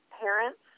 parents